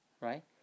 Right